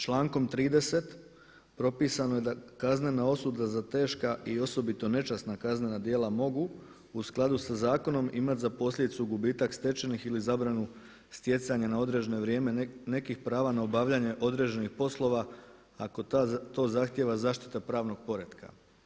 Člankom 30. propisano je da kaznena osuda za teška i osobito nečasna kaznena djela mogu u skladu sa zakonom imati za posljedicu gubitak stečenih ili zabranu stjecanja na određeno vrijeme nekih prava na obavljanje određenih poslova ako to zahtijeva zaštita pravnog poretka.